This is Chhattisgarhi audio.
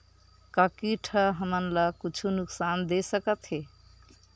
का कीट ह हमन ला कुछु नुकसान दे सकत हे?